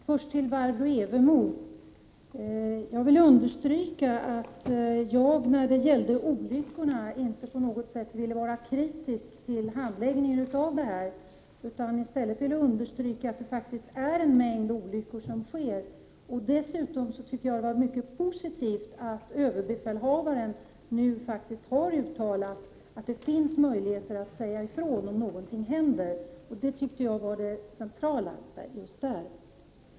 Herr talman! Jag vill först påpeka för Barbro Evermo Palmerlund att jag inte på något sätt ville vara kritisk till handläggningen när det gällde olyckorna. Jag ville understryka att det sker en mängd olyckor. Dessutom tycker jag att det är mycket positivt att överbefälhavaren nu har uttalat att det finns möjligheter att säga ifrån om någonting händer — det är det centrala i just den frågan.